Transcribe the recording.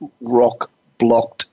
rock-blocked